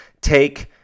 take